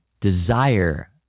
desire